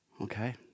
Okay